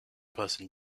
person